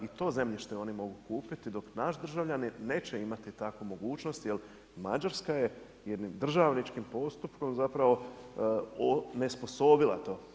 I to zemljište oni mogu kupiti, dok naš državljanin neće imati takvu mogućnost jer Mađarska je jednim državničkim postupkom zapravo onesposobila to.